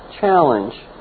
challenge